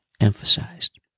emphasized